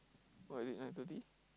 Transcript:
why is it nine thirty